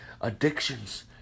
addictions